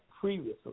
previously